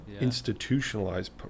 institutionalized